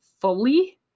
fully